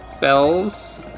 bells